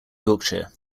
yorkshire